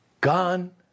Gone